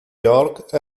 york